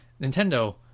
Nintendo